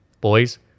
Boys